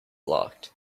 locked